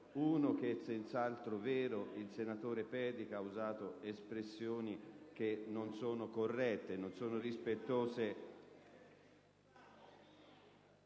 Uno che è senz'altro vero, è che il senatore Pedica ha usato espressioni che non sono corrette e non sono rispettose